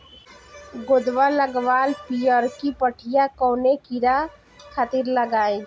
गोदवा लगवाल पियरकि पठिया कवने कीड़ा खातिर लगाई?